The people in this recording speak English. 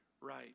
right